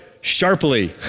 sharply